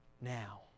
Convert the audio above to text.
now